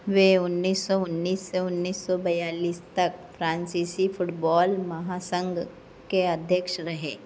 वे उन्नीस सौ उन्नीस से उन्नीस सौ बायलीस तक फ्रांसीसी फुटबॉल महासंघ के अध्यक्ष रहे